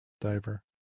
diver